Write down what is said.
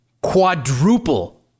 quadruple